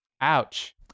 Ouch